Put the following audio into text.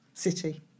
City